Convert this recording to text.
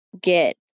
get